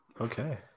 okay